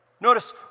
Notice